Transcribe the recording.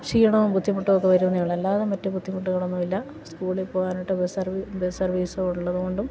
ക്ഷീണവും ബുദ്ധിമുട്ടൊക്കെ വരുന്നതേയുള്ളൂ അല്ലാതെ മറ്റ് ബുദ്ധിമുട്ടുകളൊന്നുമില്ല സ്കൂളിൽ പോകാനായിട്ട് ബസ് സർവി ബസ് സർവ്വീസ് ഉള്ളതു കൊണ്ടും